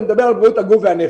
אני מדבר על בריאות הגוף והנפש.